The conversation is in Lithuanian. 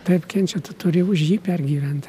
taip kenčia tu turi už jį pergyventi